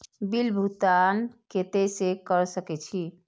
Bill भुगतान केते से कर सके छी?